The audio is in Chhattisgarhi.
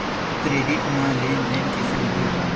क्रेडिट मा लेन देन कइसे होथे?